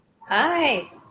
Hi